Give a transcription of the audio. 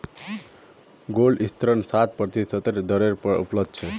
gold ऋण सात प्रतिशतेर दरेर पर उपलब्ध छ